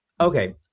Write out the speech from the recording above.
Okay